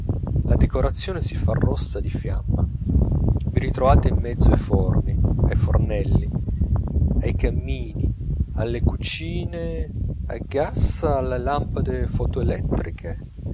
la decorazione si fa rossa di fiamma vi ritrovate in mezzo ai forni ai fornelli ai cammini alle cucine a gaz alle lampade fotoelettriche